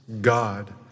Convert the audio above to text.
God